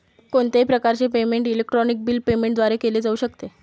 कोणत्याही प्रकारचे payment electronic bill payment द्वारे केले जाऊ शकते